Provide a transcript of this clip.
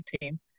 team